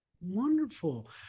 wonderful